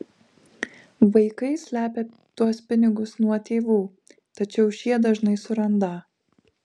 vaikai slepią tuos pinigus nuo tėvų tačiau šie dažnai surandą